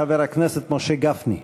חבר הכנסת משה גפני.